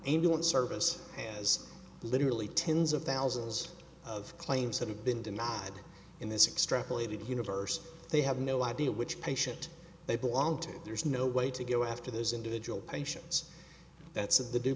ambulance service has literally tens of thousands of claims that have been denied in this extrapolated universe they have no idea which patient they belong to there's no way to go after those individual patients that's